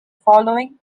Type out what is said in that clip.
following